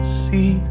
see